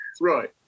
right